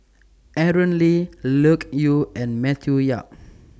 Aaron Lee Loke Yew and Matthew Yap